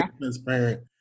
transparent